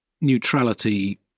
neutrality